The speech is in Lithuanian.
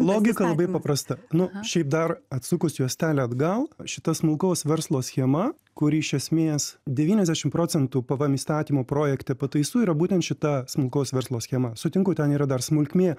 logika labai paprasta nu šiaip dar atsukus juostelę atgal šita smulkaus verslo schema kuri iš esmės devyniasdešim procentų pvm įstatymo projekte pataisų yra būtent šita smulkaus verslo schema sutinku ten yra dar smulkmė